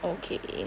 okay